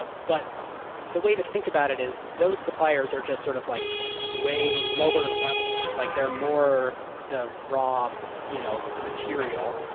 ah but the way to think about it is those suppliers are just sort of like way lower level. like they're more the raw you know material.